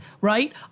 right